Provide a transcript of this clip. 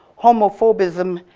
homophobism,